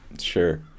sure